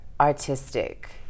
artistic